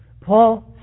Paul